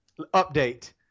Update